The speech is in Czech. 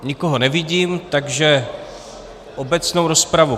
Nikoho nevidím, takže obecnou rozpravu...